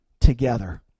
together